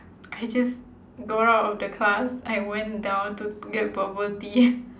I just got out of the class I went down to get bubble tea